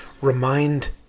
remind